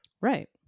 right